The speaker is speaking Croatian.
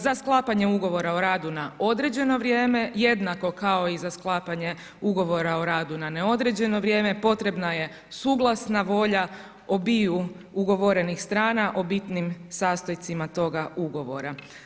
Za sklapanje ugovora o radu na određeno vrijeme, jednako kao i za sklapanje ugovora o radu na neodređeno vrijeme potrebna je suglasna volja obiju ugovorenih strana o bitnim sastojcima toga ugovora.